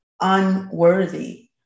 unworthy